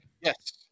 Yes